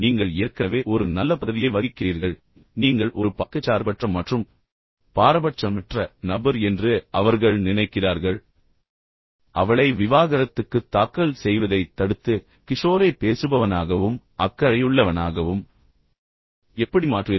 நீங்கள் ஏற்கனவே ஒரு நல்ல பதவியை வகிக்கிறீர்கள் எனவே இருவரும் உங்களை நம்புகிறார்கள் நீங்கள் ஒரு பக்கச்சார்பற்ற மற்றும் பாரபட்சமற்ற நபர் என்று அவர்கள் நினைக்கிறார்கள் இப்போது எப்படி அவளை விவாகரத்துக்குத் தாக்கல் செய்வதைத் தடுத்து கிஷோரைப் பேசுபவனாகவும் அக்கறையுள்ளவனாகவும் எப்படி மாற்றுவீர்கள்